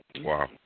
Wow